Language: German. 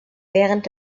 während